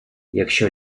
якщо